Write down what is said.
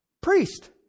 Priest